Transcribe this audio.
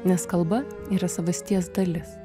nes kalba yra savasties dalis